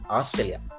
Australia